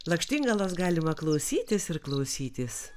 lakštingalos galima klausytis ir klausytis